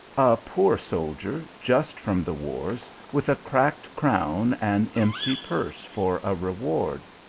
a poor soldier, just from the wars, with a cracked crown and empty purse for a reward.